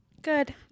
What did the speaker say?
good